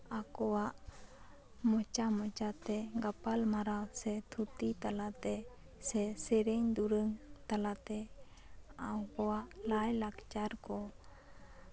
ᱟᱠᱚᱣᱟᱜ ᱢᱚᱪᱟ ᱢᱚᱪᱟᱛᱮ ᱜᱟᱯᱟᱞ ᱢᱟᱨᱟᱣ ᱥᱮ ᱛᱷᱩᱛᱤ ᱛᱟᱞᱟᱛᱮ ᱥᱮ ᱥᱮᱨᱮᱧ ᱫᱩᱨᱟᱝ ᱛᱟᱞᱟᱛᱮ ᱟᱵᱚᱣᱟᱜ ᱞᱟᱭ ᱞᱟᱠᱪᱟᱨ ᱠᱚ